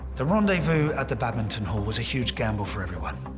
the rendezvous at the badminton hall was a huge gamble for everyone.